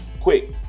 quick